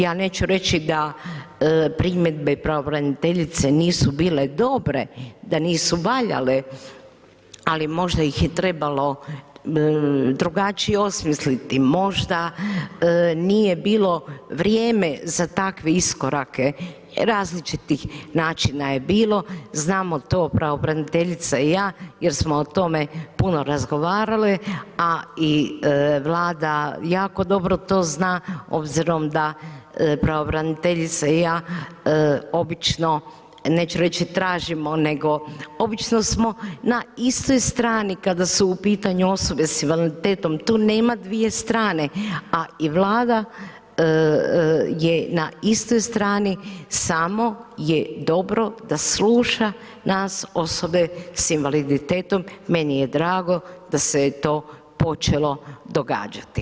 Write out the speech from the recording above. Ja neću reći da primjedbe pravobraniteljice nisu bile dobre, da nisu valjale, ali možda ih je trebalo drugačije osmisliti, možda nije bilo vrijeme za takve iskorake, različitih načina je bilo, znamo to pravobraniteljica i ja jer smo o tome puno razgovarale, a i Vlada jako dobro to zna obzirom da pravobraniteljica i ja obično, neću reći tražimo, nego obično smo na istoj strani kada su u pitanju osobe s invaliditetom, tu nema dvije strane, a i Vlada je na istoj strani, samo je dobro da sluša nas osobe s invaliditetom, meni je drago da se je to počelo događati.